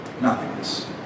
nothingness